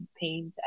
paint